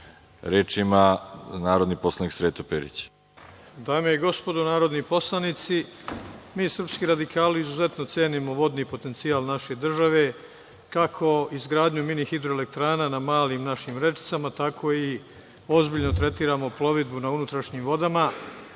reč? Reč ima narodni poslanik Sreto Perić. **Sreto Perić** Dame i gospodo narodni poslanici, mi srpski radikali izuzetno cenimo vodni potencijal naše države, kako izgradnjom mini hidroelektrana na malim našim rečicama, tako i ozbiljno tretiramo plovidbu na unutrašnjim vodama,